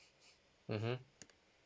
mmhmm